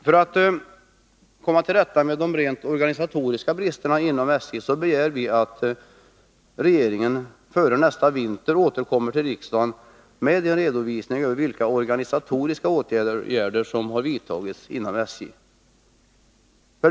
För att komma till rätta med de rent organisatoriska bristerna inom SJ begär vi att regeringen före nästa vinter återkommer till riksdagen med en redovisning över vilka organisatoriska åtgärder som har vidtagits inom SJ.